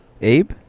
Abe